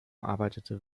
arbeitete